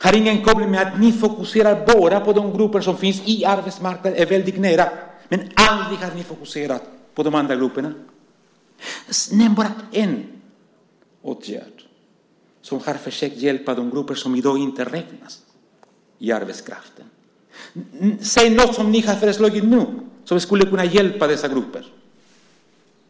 Har det ingen koppling till att ni bara fokuserar på de grupper som finns på arbetsmarknaden eller väldigt nära, men aldrig har fokuserat på de andra grupperna? Nämn bara en åtgärd som har försökt hjälpa de grupper som i dag inte räknas in i arbetskraften! Säg något som ni har föreslagit nu som skulle kunna hjälpa dessa grupper!